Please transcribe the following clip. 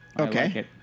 Okay